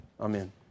Amen